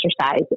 exercise